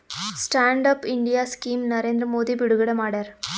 stand up India scheme Narendra Modi ಬಿಡುಗಡೆ ಮಾಡ್ಯಾರ